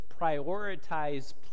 prioritize